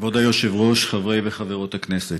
כבוד היושב-ראש, חברי וחברות הכנסת,